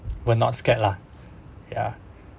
we're not scared lah ya